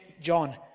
John